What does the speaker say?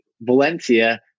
Valencia